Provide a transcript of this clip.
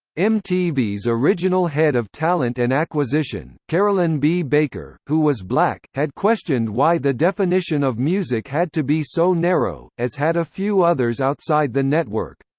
mtv's original head of talent and acquisition, carolyn b. baker, who was black, had questioned why the definition of music had to be so narrow, as had a few others outside the network.